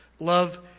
Love